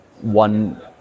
one